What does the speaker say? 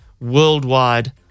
worldwide